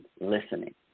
listening